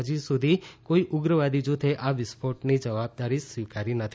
હજી સુધી કોઈ ઉગ્રવાદી જૂથે આ વિસ્ફોટની જવાબદારી સ્વીકારી નથી